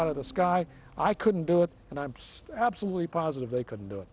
out of the sky i couldn't do it and i'm just absolutely positive they couldn't do it